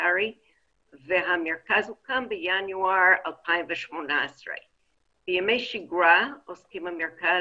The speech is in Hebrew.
הומניטרי והמרכז הוקם בינואר 2018. בימי שגרה עוסקים במרכז